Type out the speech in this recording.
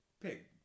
pick